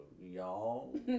y'all